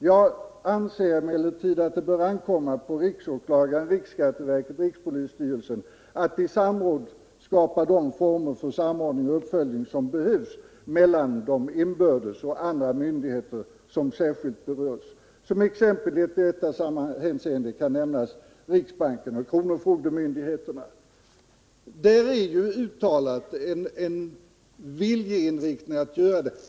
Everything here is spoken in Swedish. Jag anser emellertid att det bör ankomma på RÅ, riksskatteverket och rikspolisstyrelsen att i samråd skapa de former för samordning och uppföljning som behövs mellan dem inbördes och med andra myndigheter som särskilt berörs. Som exempel i detta hänseende kan nämnas riksbanken och kronofogdemyndigheterna.” Detta är ju en uttalad viljeinriktning.